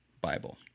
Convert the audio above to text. Bible